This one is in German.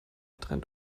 trennt